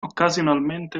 occasionalmente